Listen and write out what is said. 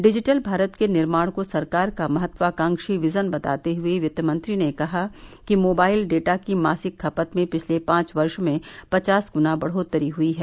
digital Bharat के निर्माण को सरकार का महत्वाकांक्षी विजन बताते हुए वित्तमंत्री ने कहा कि मोबाइल डेटा की मासिक खपत में पिछले पांच वर्ष में पचास ग्ना बढ़ोतरी हुई है